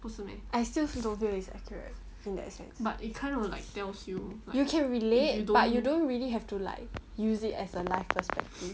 I still don't feel it's accurate in that sense you can relate but you don't really have to like use it as a life perspective